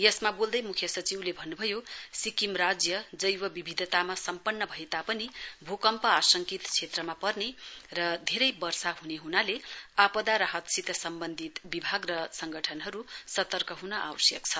यसमा बोल्दै मुख्य सचिवले भन्नु भयो सिक्किम राज्य जैव विविधतामा सम्पन्न भए तापनि भूकम्प आंशकित क्षेत्रमा पर्ने र धेरै वर्षा हने हनाले आपदा राहतसित सम्बन्धित विभाग र सङ्गठनहरू सतर्क हुन आवश्यक छ